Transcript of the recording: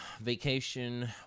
vacation